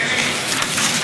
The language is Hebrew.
אלי.